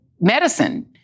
medicine